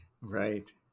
Right